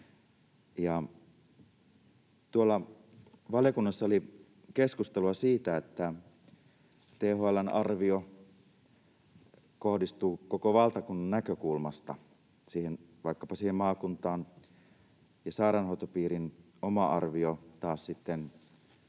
Valiokunnassa oli keskustelua siitä, että THL:n arvio kohdistuu koko valtakunnan näkökulmasta vaikkapa siihen maakuntaan ja sairaanhoitopiirin oma arvio on sitten